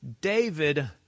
David